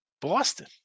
Boston